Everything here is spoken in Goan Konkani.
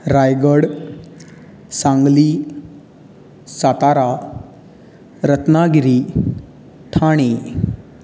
रायगड सांगली सातारा रत्नागिरी ठाणे